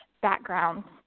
backgrounds